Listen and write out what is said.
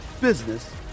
business